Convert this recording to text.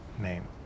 name